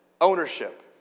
ownership